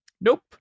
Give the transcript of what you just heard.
nope